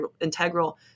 integral